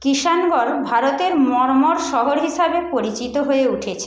কিষাণগড় ভারতের মর্মর শহর হিসাবে পরিচিত হয়ে উঠেছে